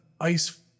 ice